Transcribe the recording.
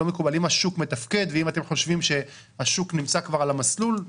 אם השוק מתפקד ואם אתם חושבים שהשוק נמצא כבר על המסלול,